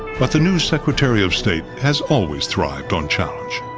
but the new secretary of state has always thrived on challenge.